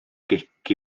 gic